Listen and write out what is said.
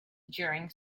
during